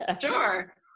sure